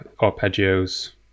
arpeggios